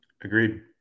Agreed